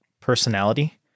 personality